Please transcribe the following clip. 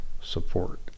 support